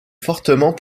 fortement